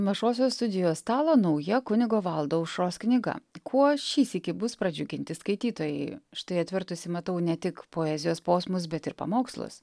mažosios studijos stalo nauja kunigo valdo aušros knyga kuo šį sykį bus pradžiuginti skaitytojai štai atvertusi matau ne tik poezijos posmus bet ir pamokslus